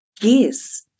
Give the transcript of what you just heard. Yes